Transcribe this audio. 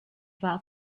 war